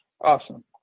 awesome